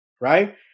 right